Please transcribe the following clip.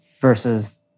versus